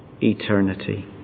eternity